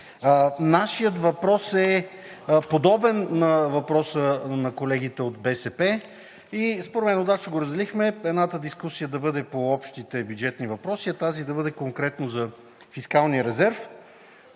нашият въпрос е подобен на въпроса на колегите от БСП и според мен удачно го разделихме –едната дискусия да бъде по общите бюджетни въпроси, а тази да бъде конкретно за фискалния резерв.